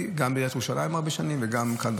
גם בעיריית ירושלים הרבה שנים וגם כאן,